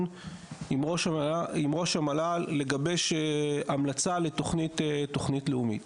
עם ראש המל"ל לגבש המלצה לתוכנית לאומית.